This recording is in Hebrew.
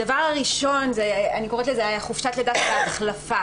הדבר הראשון, אני קוראת לזה חופשת לידה בהחלפה.